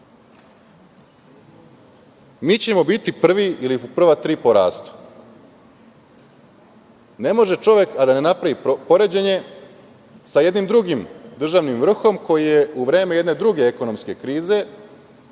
ćemo biti prvi ili u prve tri po rastu. Ne može čovek a da ne napravi poređenje sa jednim drugim državnim vrhom koji je u vreme jedne druge ekonomske krize